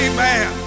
Amen